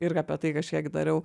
irgi apie tai kažkiek dariau